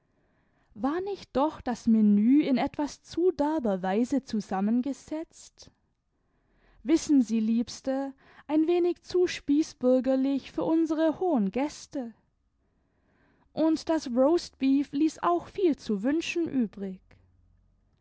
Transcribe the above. war nicht doch das menu in etwas zu derber weise zusammengesetzt wissen sie liebste ein wenig zu spießbürgerlich für unsere hohen gäste und das roastbeef ließ auch viel zu wünschen übrig